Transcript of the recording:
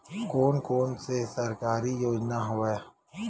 कोन कोन से सरकारी योजना हवय?